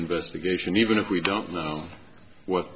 investigation even if we don't know what